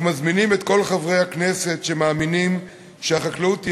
אנחנו מזמינים את כל חברי הכנסת שמאמינים שהחקלאות היא